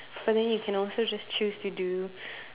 but then you can also just choose to do